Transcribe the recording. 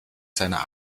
seiner